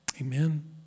Amen